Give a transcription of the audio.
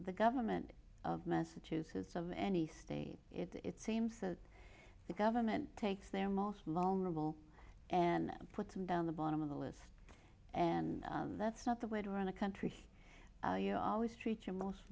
the government of massachusetts of any state it seems that the government takes their most vulnerable and puts them down the bottom of the list and that's not the way to run a country you always treat your most